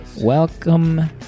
Welcome